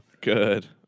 Good